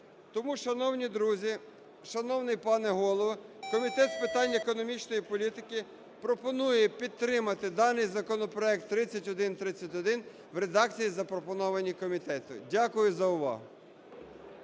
Тому, шановні друзі, шановний пане Голово, Комітет з питань економічної політики пропонує підтримати далі законопроект 3131 в редакції, запропонованій комітетом. Дякую за увагу.